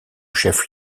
chef